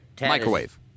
Microwave